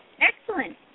Excellent